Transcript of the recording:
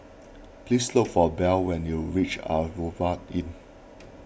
please look for Belle when you reach Asphodel Inn